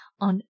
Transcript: on